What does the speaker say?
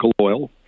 Oil